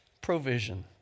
provision